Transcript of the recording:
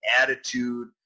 attitude